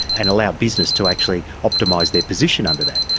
and allow business to actually optimise their position under that.